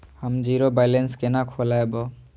हम zero balance केना खोलैब?